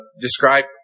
describe